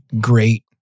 great